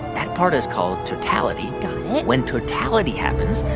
that part is called totality got it when totality happens,